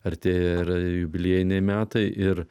artėja ir jubiliejiniai metai ir